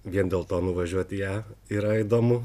vien dėl to nuvažiuot į ją yra įdomu